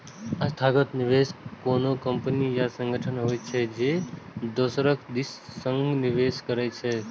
संस्थागत निवेशक कोनो कंपनी या संगठन होइ छै, जे दोसरक दिस सं निवेश करै छै